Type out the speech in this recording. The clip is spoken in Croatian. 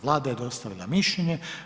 Vlada je dostavila mišljenje.